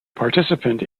participant